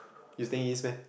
you staying East meh